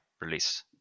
release